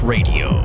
Radio